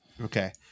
Okay